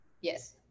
Yes